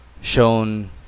shown